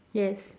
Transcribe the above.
yes